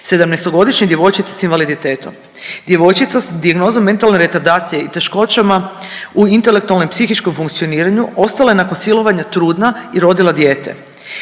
sedamnaestogodišnje djevojčice sa invaliditetom. Djevojčica sa dijagnozom mentalne retardacije i teškoćama u intelektualnom psihičkom funkcioniranju ostala je nakon silovanja trudna i rodila dijete.